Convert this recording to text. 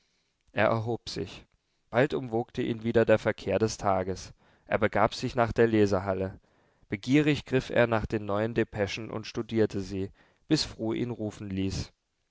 er erhob sich bald umwogte ihn wieder der verkehr des tages er begab sich nach der lesehalle begierig griff er nach den neuen depeschen und studierte sie bis fru ihn rufen ließ